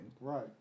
right